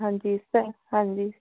ਹਾਂਜੀ ਸਰ ਹਾਂਜੀ